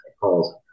calls